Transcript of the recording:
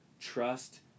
trust